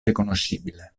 riconoscibile